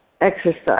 exercise